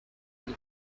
will